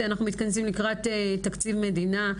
אנחנו מתכנסים לקראת תקציב מדינה,